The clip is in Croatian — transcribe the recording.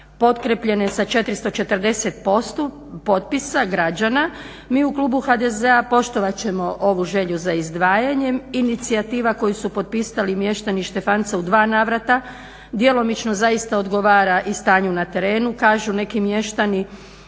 potkrepljene sa 440 potpisa građana, mi u Klubu HDZ-a poštovat ćemo ovu želju za izdvajanjem. Inicijativa koju su potpisali mještani Štefanca u dva navrata djelomično zaista odgovora i stanju na terenu. Kažu neki mještani,